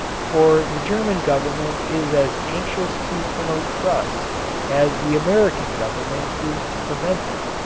for the german government is as anxious to promote trusts as the american government is to prevent them.